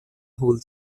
whole